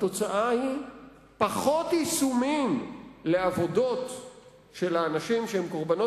התוצאה היא פחות יישומים לעבודות של אנשים שהם קורבנות